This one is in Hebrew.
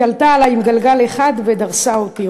"היא עלתה עלי עם גלגל אחד ודרסה אותי",